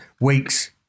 weeks